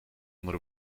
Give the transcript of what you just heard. onder